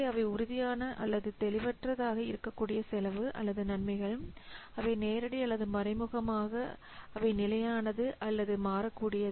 அவை உறுதியான அல்லது தெளிவற்றதாக இருக்கக்கூடிய செலவு அல்லது நன்மைகள் அவை நேரடி அல்லது மறைமுகமாக அவை நிலையானவை அல்லது மாறக்கூடியவை